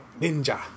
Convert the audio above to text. ninja